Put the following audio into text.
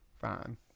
fine